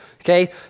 okay